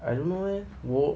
I don't know leh 我